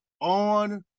on